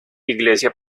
iglesia